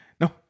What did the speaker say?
No